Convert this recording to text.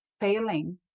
failing